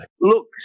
Look